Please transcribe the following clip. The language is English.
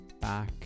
back